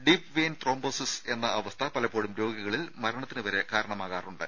deep vein thrombosis എന്ന അവസ്ഥ പലപ്പോഴും രോഗികളിൽ മരണത്തിന് വരെ കാരണമാകാറുണ്ട്